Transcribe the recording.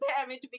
damage